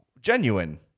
genuine